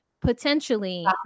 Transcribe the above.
potentially